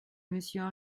monsieur